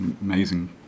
amazing